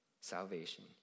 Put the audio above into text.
salvation